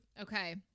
Okay